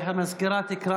מי ניצח?